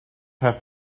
have